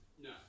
No